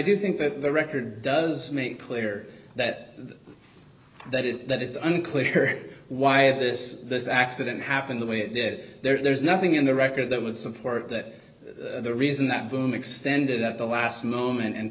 do think that the record does make clear that they did that it's unclear why this this accident happened the way it did there's nothing in the record that would support that the reason that boom extended at the last moment and